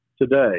today